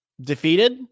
defeated